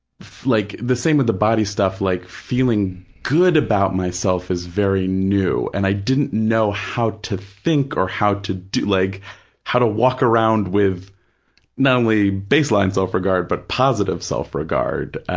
like the same with the body stuff, like feeling good about myself is very new and i didn't know how to think or how to, like how to walk around with not only baseline self-regard but positive self-regard,